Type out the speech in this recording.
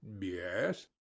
yes